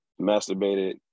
masturbated